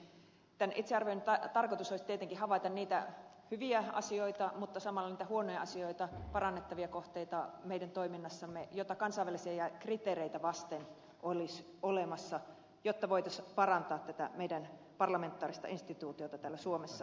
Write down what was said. tämän itsearvioinnin tarkoitus olisi tietenkin havaita niitä hyviä asioita mutta samalla niitä huonoja asioita meidän toiminnassamme olevia parannettavia kohteita joita kansainvälisiä kriteereitä vasten olisi olemassa jotta voitaisiin parantaa tätä meidän parlamentaarista instituutiotamme täällä suomessa